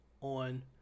on